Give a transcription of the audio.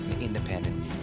independent